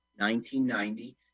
1990